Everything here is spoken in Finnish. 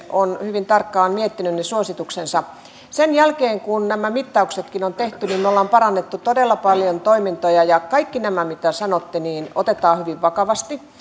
on hyvin tarkkaan miettinyt ne suosituksensa sen jälkeen kun nämä mittauksetkin on tehty me olemme parantaneet todella paljon toimintoja ja kaikki nämä mitä sanotte otetaan hyvin vakavasti